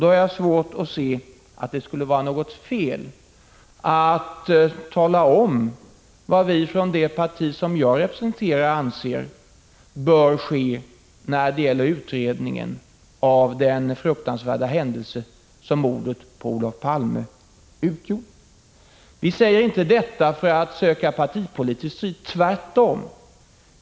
Då har jag svårt att se att det skulle vara något fel att tala om vad det parti som jag representerar anser bör ske när det gäller utredningen av den fruktansvärda händelse som mordet på Olof Palme utgör. Vi säger inte detta för att söka partipolitisk strid, tvärtom.